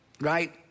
right